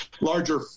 larger